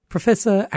Professor